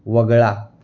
वगळा